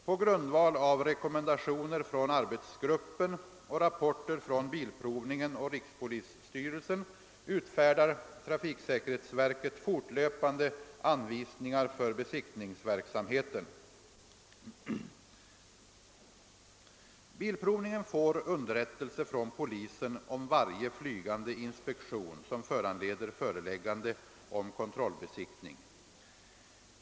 På grundval av rekommendationer från arbetsgruppen och rapporter från Bilprovningen och rikspolisstyrelsen utfärdar trafiksäkerhetsverket fortlöpande anvisningar för besiktningsverksamheten. Bilprovningen får underrättelse från polisen om varje flygande inspektion, som föranleder föreläggande om kon trollbesiktning.